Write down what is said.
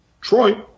Troy